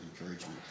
encouragement